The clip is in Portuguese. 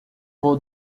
vou